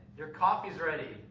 your coffee's ready.